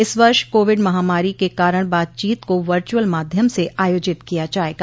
इस वर्ष कोविड महामारी के कारण बातचीत को वर्चुअल माध्यम से आयोजित किया जाएगा